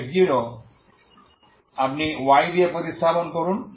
x0 আপনি y দিয়ে প্রতিস্থাপন করুন